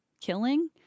killing